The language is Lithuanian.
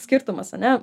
skirtumas ane